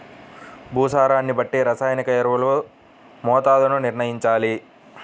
భూసారాన్ని బట్టి రసాయనిక ఎరువుల మోతాదుని నిర్ణయంచాలి